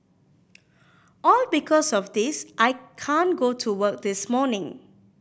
all because of this I can't go to work this morning